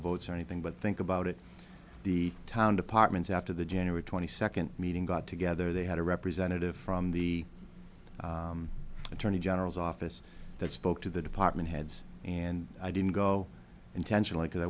votes or anything but think about it the town departments after the january twenty second meeting got together they had a representative from the attorney general's office that spoke to the department heads and i didn't go intentionally because i